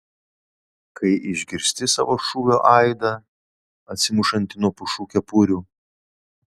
kai išgirsti savo šūvio aidą atsimušantį nuo pušų kepurių